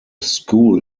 school